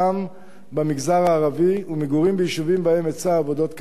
במגזר הערבי וממגורים ביישובים שבהם היצע העבודות קטן.